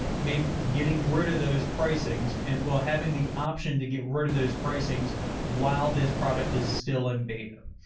ah maybe getting rid of those pricings and well having the option to get rid of those pricings while this product is still in beta.